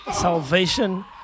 salvation